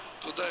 Today